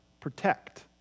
protect